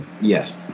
Yes